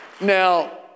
Now